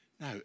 Now